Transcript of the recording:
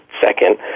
second